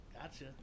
gotcha